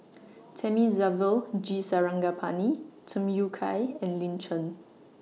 Thamizhavel G Sarangapani Tham Yui Kai and Lin Chen